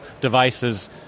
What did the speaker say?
devices